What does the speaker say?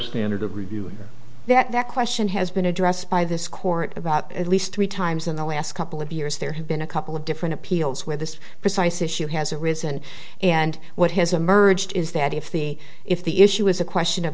standard of review that that question has been addressed by this court about at least three times in the last couple of years there have been a couple of different appeals where this precise issue has arisen and what has emerged is that if the if the issue is a question of